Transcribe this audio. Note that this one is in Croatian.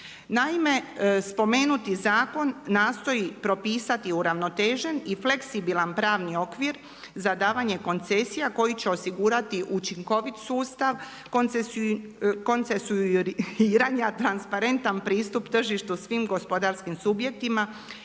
Naime, spomenuti zakon nastoji propisati uravnotežen i fleksibilan pravni okvir za davanje koncesija koji će osigurati učinkovit sustav, koncesuiranja, transparentan pristup tržištu svim gospodarskim subjektima